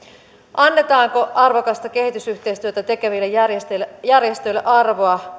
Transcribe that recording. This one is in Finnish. annetaanko arvokasta kehitysyhteistyötä tekeville järjestöille järjestöille arvoa